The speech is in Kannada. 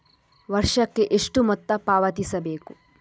ವರ್ಷಕ್ಕೆ ಎಷ್ಟು ಮೊತ್ತ ಪಾವತಿಸಬೇಕು?